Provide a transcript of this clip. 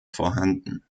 vorhanden